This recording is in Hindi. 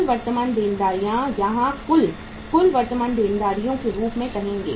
कुल वर्तमान देनदारियाँ आप यहाँ कुल कुल वर्तमान देनदारियों के रूप में कहेंगे